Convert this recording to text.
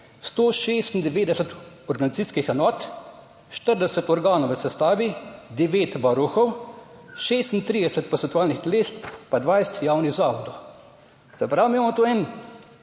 196 organizacijskih enot, 40 organov v sestavi, 9 varuhov, 36 posvetovalnih teles pa 20 javnih zavodov. Se pravi, mi imamo tu en,